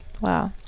Wow